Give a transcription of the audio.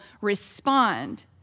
respond